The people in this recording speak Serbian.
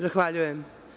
Zahvaljujem.